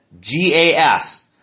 G-A-S